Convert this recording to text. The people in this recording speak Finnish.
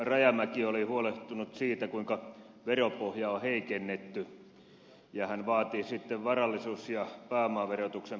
rajamäki oli huolestunut siitä kuinka veropohjaa on heikennetty ja hän vaati sitten varallisuus ja pääomaverotuksen palauttamista